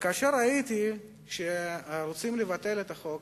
כאשר ראיתי שרוצים לבטל את החוק,